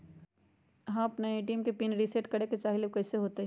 हम अपना ए.टी.एम के पिन रिसेट करे के चाहईले उ कईसे होतई?